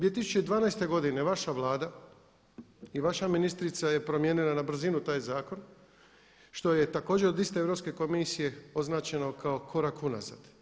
2012. godine vaša Vlada i vaša ministrica je promijenila na brzinu taj zakon što je također od iste Europske komisije označeno kao korak unazad.